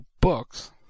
books